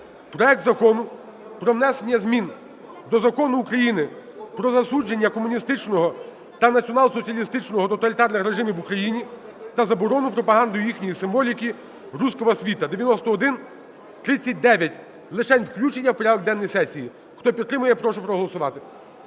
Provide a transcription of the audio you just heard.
проект Закону про внесенні змін до Закону України про засудження комуністичного та націонал-соціалістичного тоталітарного режимів в Україні та заборону пропаганди їхньої символіки "руского світа" (9139). Лишень включення в порядок денний сесії. Хто підтримує, прошу проголосувати.